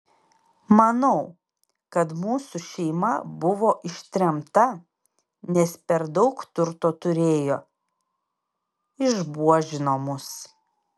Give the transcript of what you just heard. manau kad mūsų šeima buvo ištremta nes per daug turto turėjo išbuožino mus